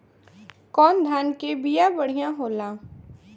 कौन धान के बिया बढ़ियां होला?